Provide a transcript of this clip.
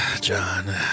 John